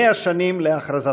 מאה שנים להכרזתה.